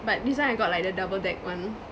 but this one I got like the double deck one